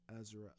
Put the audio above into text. Ezra